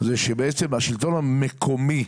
זה שבעצם השלטון המקומי,